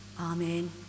Amen